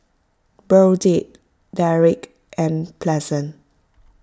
Burdette Derrick and Pleasant